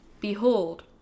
behold